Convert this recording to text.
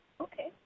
Okay